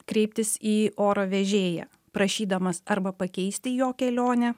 kreiptis į oro vežėją prašydamas arba pakeisti jo kelionę